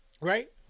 Right